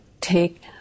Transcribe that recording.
take